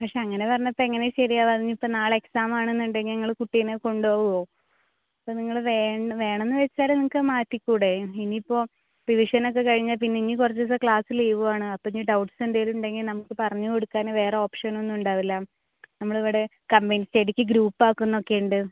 പക്ഷെ അങ്ങനെ പറഞ്ഞാൽ ഇപ്പോൾ എങ്ങനെ ശരിയാവുക അതിപ്പോൾ നാളെ എക്സാമാണെന്നുണ്ടെങ്കിൽ നിങ്ങൾ കുട്ടീനെ കൊണ്ട് പോവുമോ അപ്പോൾ നിങ്ങൾ വേണോ എന്ന് വെച്ചാൽ നിങ്ങൾക്ക് മാറ്റിക്കൂടെ ഇനിയിപ്പോൾ റിവിഷനൊക്കെ കഴിഞ്ഞാൽ പിന്നെ ഇനി കുറച്ച് ദിവസം ക്ലാസ് ലീവ് വേണം അപ്പോഴിനി ഡൗട്ട്സ് എന്തെങ്കിലും ഉണ്ടെങ്കിൽ നമുക്ക് പറഞ്ഞ് കൊടുക്കാൻ വേറെ ഓപ്ഷനൊന്നും ഉണ്ടാവില്ല നമ്മളിവിടെ കംമ്പെയിൻ സ്റ്റഡിക്ക് ഗ്രൂപ്പാക്കുന്നൊക്കെയുണ്ട്